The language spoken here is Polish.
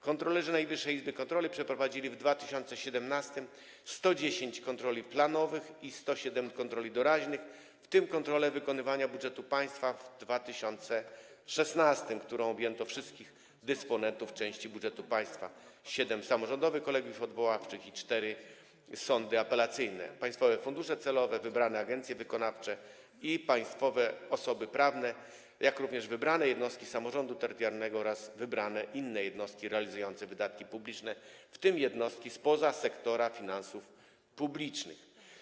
Kontrolerzy Najwyższej Izby Kontroli przeprowadzili w 2017 r. 110 kontroli planowych i 107 kontroli doraźnych, w tym kontrolę wykonywania budżetu państwa w 2016 r., którą objęto wszystkich dysponentów części budżetu państwa: siedem samorządowych kolegiów odwoławczych i cztery sądy apelacyjne, państwowe fundusze celowe, wybrane agencje wykonawcze i państwowe osoby prawne, jak również wybrane jednostki samorządu terytorialnego oraz wybrane inne jednostki realizujące wydatki publiczne, w tym jednostki spoza sektora finansów publicznych.